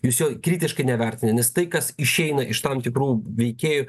jūs jo kritiškai nevertinat nes tai kas išeina iš tam tikrų veikėjų